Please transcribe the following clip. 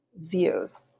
views